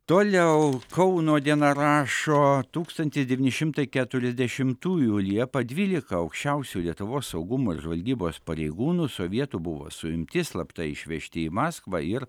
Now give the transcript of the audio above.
toliau kauno diena rašo tūkstantis devyni šimtai keturiasdešimtųjų liepą dvylika aukščiausių lietuvos saugumo ir žvalgybos pareigūnų sovietų buvo suimti slapta išvežti į maskvą ir